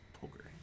poker